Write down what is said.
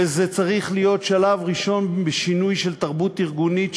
וזה צריך להיות שלב ראשון בשינוי של תרבות ארגונית,